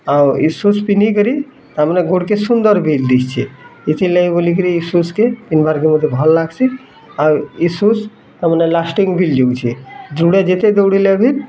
ଆଉ ଏଇ ସୁଜ୍ ପିନ୍ଧି କରି ତାମାନେ ଗୋଡ଼୍ କେ ସୁନ୍ଦର ବି ଦିଶେ ଏଥିର୍ ଲାଗି ବୋଲି କିରି ସୁଜ୍ କେ ପିନ୍ଧିବାର୍ ଲାଗି ମୋତେ ଭଲ ଲାଗ୍ସି ଆଉ ଏ ସୁଜ୍ ତାମାନେ ଲାଷ୍ଟିଂ ଭି ଯାଉଛି ଜୋରରେ ଯେତେ ଦୌଡ଼ିଲେ ବି